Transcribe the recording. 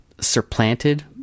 supplanted